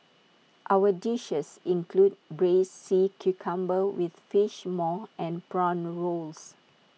our dishes include Braised Sea Cucumber with Fish Maw and Prawn Rolls